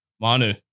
Manu